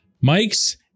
Mike's